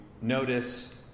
notice